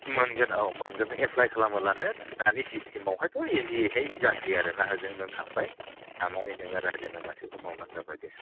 मोनगोन औ मोनगोन एफ्लाय खालामब्लानो दानि सिसथेमावहायथ' इजियै जासैआरोना होजों थांबाय थांनानै नोङो रायज्लायनानै गासैखौबो मावबानो जाबाय दे